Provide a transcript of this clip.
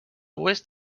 oest